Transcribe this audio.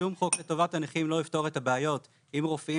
שום חוק לטובת הנכים לא יפתור את הבעיות אם רופאים